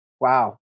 wow